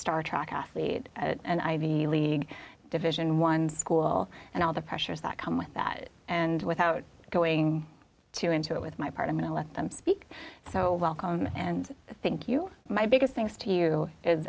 star trak us lead an ivy league division one school and all the pressures that come with that and without going to into it with my part i'm in a let them speak so welcome and thank you my biggest things to you